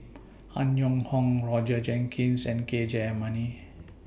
Han Yong Hong Roger Jenkins and K Jayamani